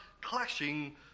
clashing